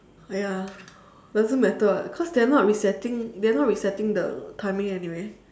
!aiya! doesn't matter [what] cause they are not resetting they are not resetting the timing anyway